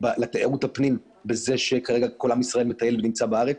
לתיירות הפנים בזה שכרגע כל עם ישראל מטייל ונמצא בארץ.